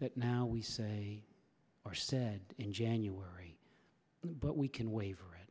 that now we say or said in january but we can waiver it